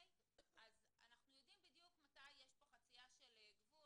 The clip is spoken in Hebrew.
אז אנחנו יודעים בדיוק מתי יש כאן חציה של גבול.